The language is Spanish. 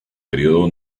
período